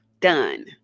done